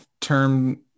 term